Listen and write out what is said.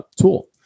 tool